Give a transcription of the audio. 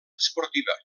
esportiva